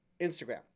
Instagram